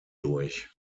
durch